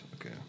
Okay